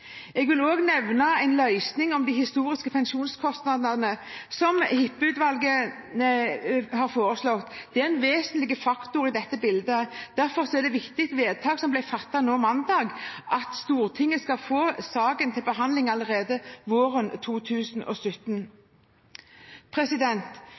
Jeg vil også nevne en løsning når det gjelder de historiske pensjonskostnadene som Hippe-utvalget har foreslått. Det er en vesentlig faktor i dette bildet. Derfor er det et viktig vedtak som ble fattet på mandag, at Stortinget skal få saken til behandling allerede våren